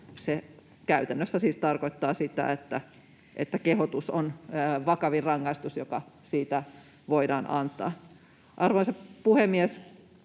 se käytännössä siis tarkoittaa sitä, että kehotus on vakavin rangaistus, joka siitä voidaan antaa. Arvoisa puhemies!